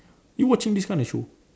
you watching this kind of show